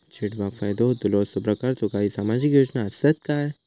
चेडवाक फायदो होतलो असो प्रकारचा काही सामाजिक योजना असात काय?